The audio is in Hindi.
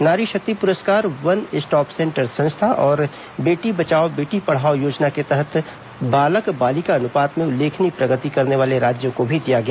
नारी शक्ति पुरस्कार वन स्टॉप सेंटर संस्था और बेटी बचाओ बेटी पढ़ाओ योजना के तहत बालक बालिका अनुपात में उल्लेखनीय प्रगति करने वाले राज्यों को भी दिया गया